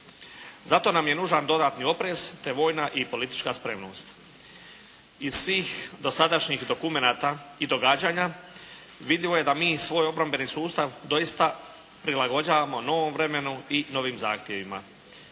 Zato nam je nužan dodatni oprez te vojna i politička spremnost. Iz svih dosadašnjih dokumenata i događanja vidljivo je da mi svoj obrambeni sustav doista prilagođavamo novom vremenu i novim zahtjevima.